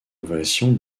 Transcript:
ovation